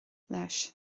leis